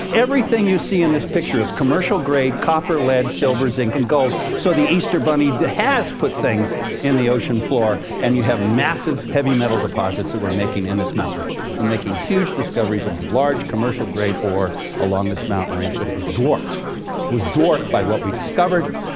everything you see in this picture is commercial grade copper, lead, silver, zinc and gold. so the easter bunny has put things in the ocean floor, and you have massive heavy metal deposits that we're making in this mountain range. we're making huge discoveries of large commercial-grade ore along this mountain range, but it was dwarfed was dwarfed by what we discovered.